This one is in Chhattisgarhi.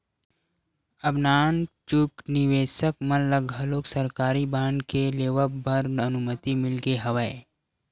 अब नानचुक निवेसक मन ल घलोक सरकारी बांड के लेवब बर अनुमति मिल गे हवय